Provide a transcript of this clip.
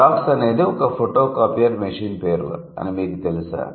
xerox అనేది ఒక photocopier machine పేరు అని మీకు తెలుసా